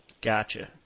Gotcha